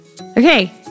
Okay